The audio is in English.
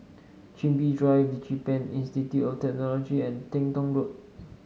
Chin Bee Drive DigiPen Institute of Technology and Teng Tong Road